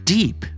Deep